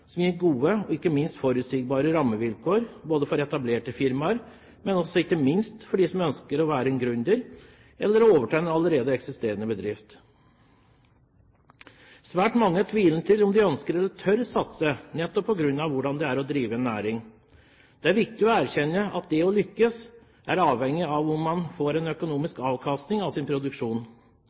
som gir gode og ikke minst forutsigbare rammevilkår både for etablerte firmaer og ikke minst for dem som ønsker å være en gründer eller å overta en allerede eksisterende bedrift. Svært mange stiller seg tvilende til om de ønsker eller tør å satse, nettopp på grunn av hvordan det er å drive næring. Det er viktig å erkjenne at det å lykkes er avhengig av om en får en økonomisk avkastning av sin produksjon.